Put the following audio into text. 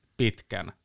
pitkän